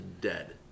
dead